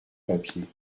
papier